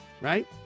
right